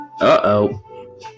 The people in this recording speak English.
Uh-oh